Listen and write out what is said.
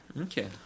Okay